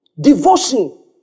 Devotion